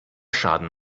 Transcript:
schaden